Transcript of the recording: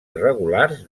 irregulars